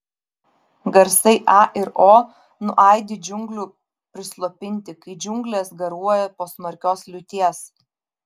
garsai a ir o nuaidi džiunglių prislopinti kai džiunglės garuoja po smarkios liūties